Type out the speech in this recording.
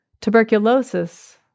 tuberculosis